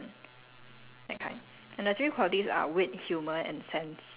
who have these three qualities and is like must have all three then I will really be your friend